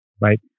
right